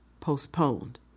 postponed